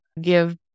give